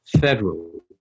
federal